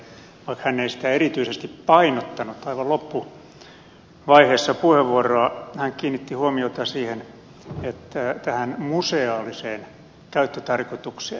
vaikka hän ei sitä erityisesti painottanut aivan loppuvaiheessa puheenvuoroa hän kiinnitti huomiota tähän museaaliseen käyttötarkoitukseen